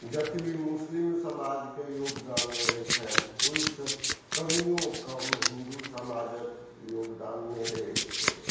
जतबे मुस्लिम समाज के योगदान रहै छनि ओहिसँ कनियो कम हिन्दू समाजक योगदान नहि रहै छै